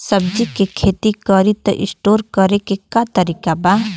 सब्जी के खेती करी त स्टोर करे के का तरीका बा?